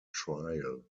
trial